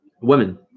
Women